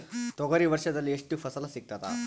ತೊಗರಿ ವರ್ಷದಲ್ಲಿ ಎಷ್ಟು ಫಸಲ ಸಿಗತದ?